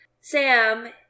Sam